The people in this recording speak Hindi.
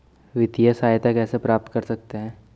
वित्तिय सहायता कैसे प्राप्त कर सकते हैं?